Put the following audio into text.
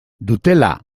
dutela